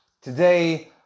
today